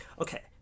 okay